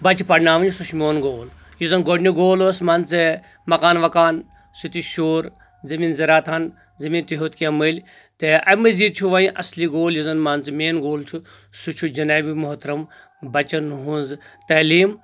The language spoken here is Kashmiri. بچہِ پرناوٕنۍ سُہ چھُ میٚون گول یُس زن گۄڈنیُک گول اوس مان ژٕ مکان وکان سُہ تہِ شیٚوٗر زمیٖن ذرعت زمیٖن تہِ ہیٚوت کینٛہہ مٔلۍ تہٕ امہِ مزید چھُ وۄنۍ اصلی گول یُس زن مان ژٕ مین گول چھُ سُہ چھُ جنابہِ محترم بچن ہُنٛز تعلیٖم